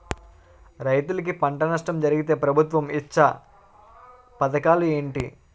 రైతులుకి పంట నష్టం జరిగితే ప్రభుత్వం ఇచ్చా పథకాలు ఏంటి?